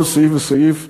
על כל סעיף וסעיף,